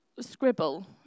scribble